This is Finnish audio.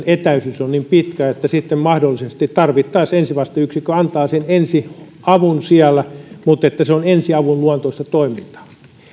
etäisyys on niin pitkä että sitten mahdollisesti tarvittaisiin ensivasteyksikkö antaa sen ensiavun siellä mutta se on ensiavun luontoista toimintaa